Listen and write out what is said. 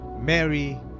Mary